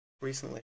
recently